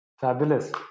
fabulous